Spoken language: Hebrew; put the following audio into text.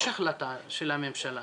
יש החלטה של הממשלה